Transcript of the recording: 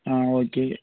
ஆ okay